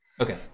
Okay